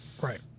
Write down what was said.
Right